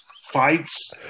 fights